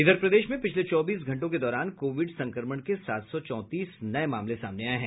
इधर प्रदेश में पिछले चौबीस घंटो के दौरान कोविड संक्रमण के सात सौ चौंतीस नये मामले सामने आये हैं